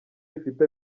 bifite